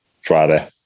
Friday